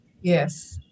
Yes